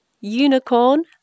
unicorn